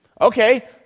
Okay